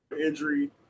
injury